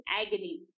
agony